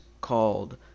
called